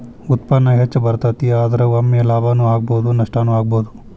ಉತ್ಪನ್ನಾ ಹೆಚ್ಚ ಬರತತಿ, ಆದರ ಒಮ್ಮೆ ಲಾಭಾನು ಆಗ್ಬಹುದು ನಷ್ಟಾನು ಆಗ್ಬಹುದು